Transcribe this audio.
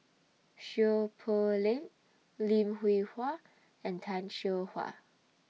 Seow Poh Leng Lim Hwee Hua and Tan Seow Huah